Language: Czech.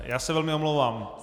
Já se velmi omlouvám.